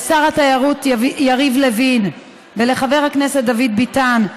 ולשר התיירות יריב לין ולחבר הכנסת דוד ביטן,